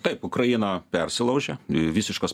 taip ukraina persilaužia visiškas